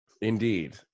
Indeed